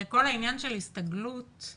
הרי כל העניין של הסתגלות הוא